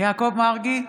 יעקב מרגי,